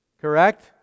Correct